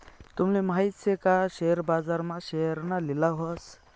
तूमले माहित शे का शेअर बाजार मा शेअरना लिलाव व्हस